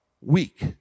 weak